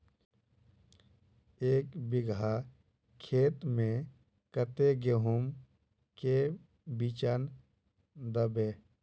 एक बिगहा खेत में कते गेहूम के बिचन दबे?